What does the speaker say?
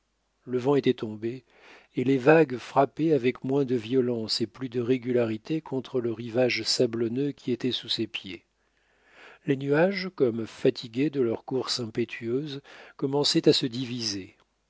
le vent était tombé et les vagues frappaient avec moins de violence et plus de régularité contre le rivage sablonneux qui était sous ses pieds les nuages comme fatigués de leur course impétueuse commençaient à se diviser